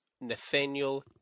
Nathaniel